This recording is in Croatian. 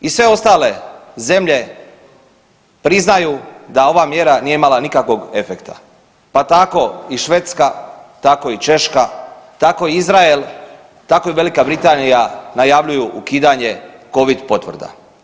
I sve ostale zemlje priznaju da ova mjera nije imala nikakvog efekta, pa tako i Švedska, tako i Češka, tako i Izrael, tako i Velika Britanija najavljuju ukidanje covid potvrda.